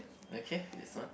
okay this one